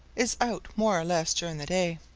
is out more or less during the day.